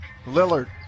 Lillard